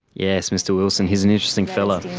yes, mr wilson, he is an interesting fellow.